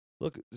Look